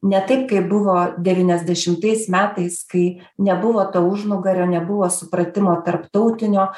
ne taip kaip buvo devyniasdešimais metais kai nebuvo to užnugario nebuvo supratimo tarptautinio